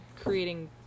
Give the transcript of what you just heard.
Creating